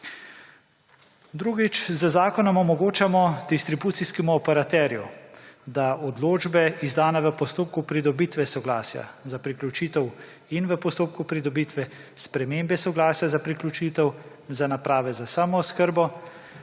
Drugič, z zakonom omogočamo distribucijskemu operaterju, da odločbe, izdane v postopku pridobitve soglasja za priključitev in v postopku pridobitve spremembe soglasja za priključitev za naprave za samooskrbo,